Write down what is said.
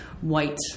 white